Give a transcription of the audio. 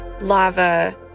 lava